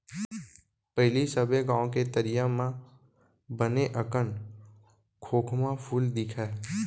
पहिली सबे गॉंव के तरिया म बने अकन खोखमा फूल दिखय